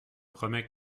promets